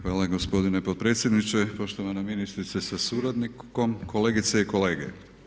Hvala gospodine potpredsjedniče, poštovana ministrice sa suradnikom, kolegice i kolege.